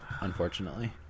Unfortunately